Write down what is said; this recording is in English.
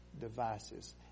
devices